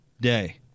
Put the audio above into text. day